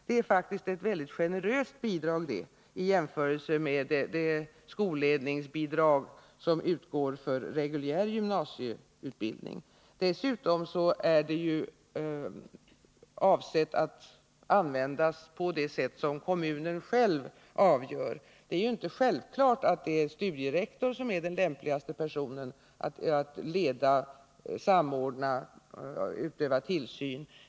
Det är faktiskt ett mycket generöst bidrag, i jämförelse med det skolledningsbidrag som utgår för reguljär gymnasieutbildning. Dessutom är det ju avsett att användas på det sätt som kommunen själv bestämmer. Det är inte självklart att det är studierektorn som är den lämpligaste personen att leda och samordna verksamheten samt utöva tillsyn.